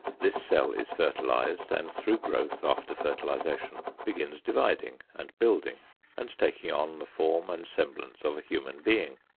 this cell is fertilized and through growth after fertilization begins dividing and building and taking on the form and semblance of a human being.